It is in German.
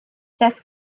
das